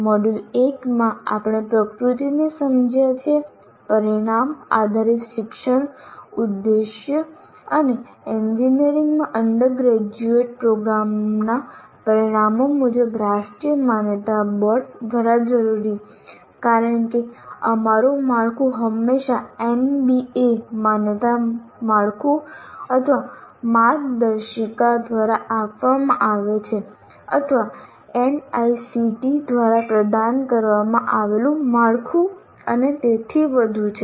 module one માં આપણે પ્રકૃતિને સમજીએ છીએ પરિણામ આધારિત શિક્ષણ ઉદ્દેશો અને એન્જિનિયરિંગમાં અંડરગ્રેજ્યુએટ પ્રોગ્રામના પરિણામો મુજબ રાષ્ટ્રીય માન્યતા બોર્ડ દ્વારા જરૂરી કારણ કે અમારું માળખું હંમેશા એનબીએ માન્યતા માળખું અથવા માર્ગદર્શિકા દ્વારા આપવામાં આવે છે અથવા એઆઈસીટીઈ દ્વારા પ્રદાન કરવામાં આવેલું માળખું અને તેથી વધુ છે